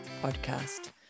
podcast